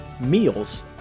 meals